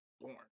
born